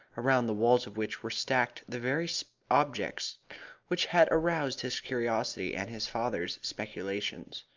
around the walls of which were stacked the very objects which had aroused his curiosity and his father's speculations.